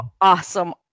awesome